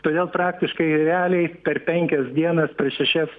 todėl praktiškai realiai per penkias dienas per šešias